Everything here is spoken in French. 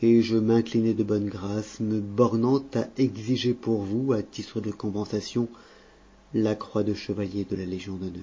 et je m'inclinai de bonne grâce me bornant à exiger pour vous à titre de compensation la croix de chevalier de la légion d'honneur